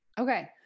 Okay